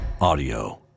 audio